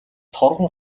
торгон